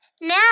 now